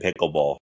pickleball